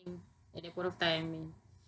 at that point of time